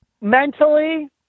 mentally